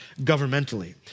governmentally